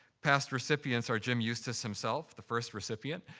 past recipients are jim eustice himself, the first recipient,